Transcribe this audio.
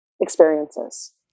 experiences